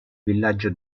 villaggio